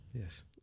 Yes